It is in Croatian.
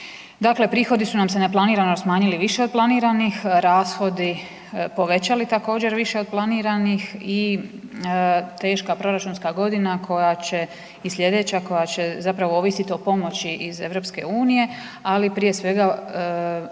Dakle, prihodi su nam se neplanirano smanjili više od planiranih, rashodi povećali također više od planiranih i teška proračunska godina koja će i slijedeća koja će zapravo ovisit o pomoći iz EU-a, ali prije svega